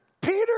Peter